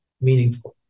meaningful